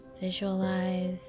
visualize